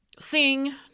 sing